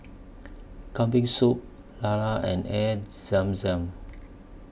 Kambing Soup Lala and Air Zam Zam